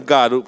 God